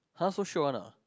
[huh] so shiok one ah